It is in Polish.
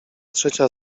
trzecia